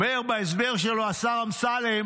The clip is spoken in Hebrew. אומר בהסבר שלו השר אמסלם